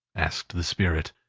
asked the spirit.